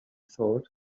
thought